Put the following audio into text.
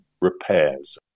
repairs